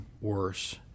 worse